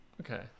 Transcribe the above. Okay